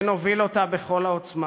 ונוביל אותה בכל העוצמה.